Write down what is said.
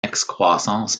excroissance